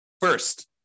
First